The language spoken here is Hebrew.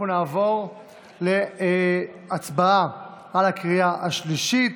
אנחנו נעבור להצבעה הקריאה השלישית,